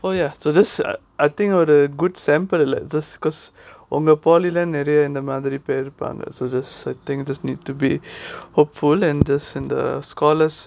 oh ya so this I think of the good sample just because உங்க:unga polytechnic leh நிறைய இந்த மாதிரி போயிருப்பாங்க:niraiya intha maathiri poyirupaanga so just I think just need to be hopeful and just and the scholars